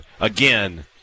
again